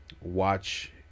watch